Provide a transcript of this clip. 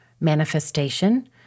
manifestation